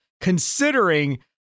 Considering